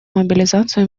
мобилизацию